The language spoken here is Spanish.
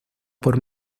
por